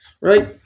right